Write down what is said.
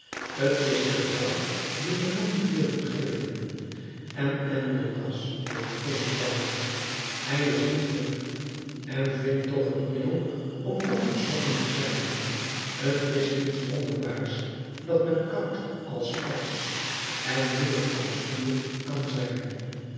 t is de vrouw die den man vuur doet geven en enjolras heeft geen vrouw hij is niet verliefd en vindt toch het middel om onverschrokken te zijn t is iets wonderbaars dat men koud als ijs en moedig als vuur kan zijn